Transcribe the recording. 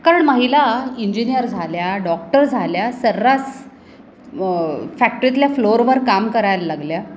कारण महिला इंजिनियर झाल्या डॉक्टर झाल्या सर्रास फॅक्टरीतल्या फ्लोअरवर काम करायला लागल्या